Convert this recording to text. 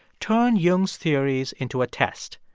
turned jung's theories into a test.